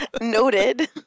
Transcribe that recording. Noted